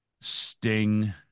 sting